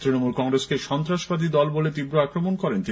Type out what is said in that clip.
তৃণমূল কংগ্রেসকে সন্ত্রাসবাদী দল বলে তীব্র আক্রমণ করেন তিনি